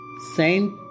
saint